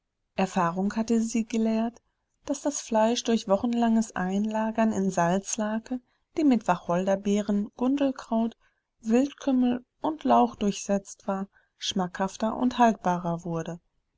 erfahrung hatte sie gelehrt daß das fleisch durch wochenlanges einlagern in salzlake die mit wacholderbeeren gundelkraut wildkümmel und lauch durchsetzt war schmackhafter und haltbarer wurde